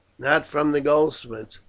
not from the goldsmith,